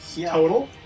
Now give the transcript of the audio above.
Total